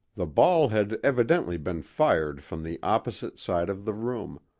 the ball had evidently been fired from the opposite side of the room,